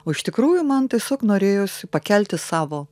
o iš tikrųjų man tiesiog norėjosi pakelti savo